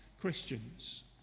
Christians